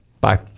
Bye